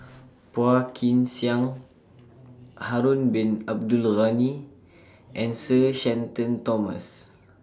Phua Kin Siang Harun Bin Abdul Ghani and Sir Shenton Thomas